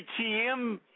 ATM